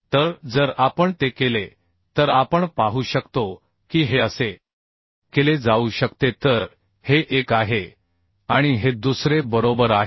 तर जर आपण ते केले तर आपण पाहू शकतो की हे असे केले जाऊ शकते तर हे एक आहे आणि हे दुसरे बरोबर आहे